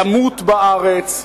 למות לארץ,